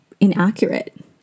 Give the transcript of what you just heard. inaccurate